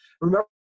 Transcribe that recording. remember